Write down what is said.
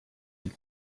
had